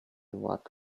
what